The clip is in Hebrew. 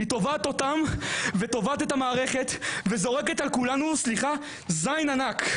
היא תובעת את המערכת וזורקת על כולנו זין ענק,